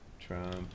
Trump